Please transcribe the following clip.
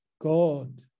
God